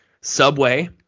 Subway